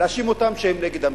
להאשים אותם שהם נגד הממשלה,